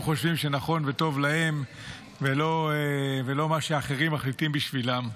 חושבים שנכון וטוב להם ולא מה שאחרים מחליטים בשבילם.